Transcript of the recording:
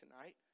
tonight